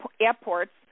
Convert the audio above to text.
airports